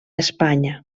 espanya